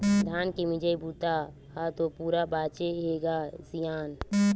धान के मिजई बूता ह तो पूरा बाचे हे ग सियान